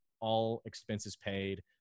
all-expenses-paid